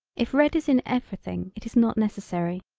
if red is in everything it is not necessary.